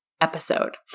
episode